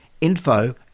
info